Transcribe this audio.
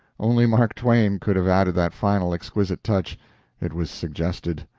only mark twain could have added that final exquisite touch it was suggested.